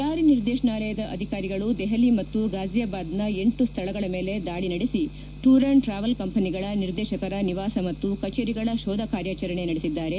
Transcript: ಜಾರಿ ನಿರ್ದೇಶಾಲಯದ ಅಧಿಕಾರಿಗಳು ದೆಹಲಿ ಮತ್ತು ಘಾಜಿಯಾಬಾದ್ನ ಲ ಸ್ಥಳಗಳ ಮೇಲೆ ದಾಳಿ ನಡೆಸಿ ಟೂರ್ ಅಂಡ್ ಟ್ರಾವೆಲ್ ಕಂಪನಿಗಳ ನಿರ್ದೇಶಕರ ನಿವಾಸ ಮತ್ತು ಕಚೇರಿಗಳ ಶೋಧ ಕಾರ್ಯಾಚರಣೆ ನಡೆಸಿದ್ದಾರೆ